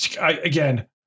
again